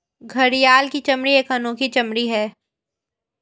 घड़ियाल की चमड़ी एक अनोखी चमड़ी है